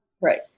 Right